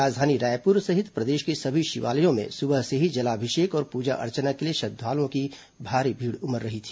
राजधानी रायपुर सहित प्रदेश के सभी शिवालयों में सुबह से ही जलाभिषेक और पूजा अर्चना के लिए श्रद्वालुओं की भारी भीड़ उमड़ रही है